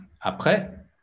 Après